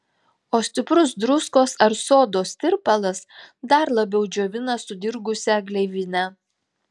o stiprus druskos ar sodos tirpalas dar labiau džiovina sudirgusią gleivinę